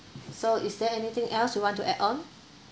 so is there anything else you want to add on